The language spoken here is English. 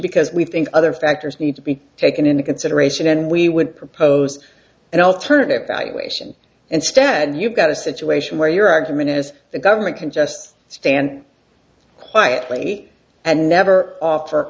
because we think other factors need to be taken into consideration and we would propose an alternative valuation and stead you've got a situation where your argument is the government can just stand quietly and never off